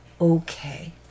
okay